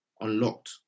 unlocked